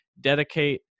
dedicate